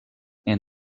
and